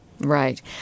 Right